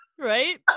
Right